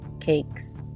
cakes